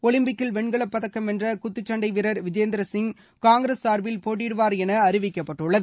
ஒலிம்பிக்கில் வெண்கலப் பதக்கம் வென்ற குத்துச்சண்டை வீரர் விஜேந்திர சிங் காங்கிரஸ் சார்பில் போட்டியிடுவார் என அறிவிக்கப்பட்டுள்ளது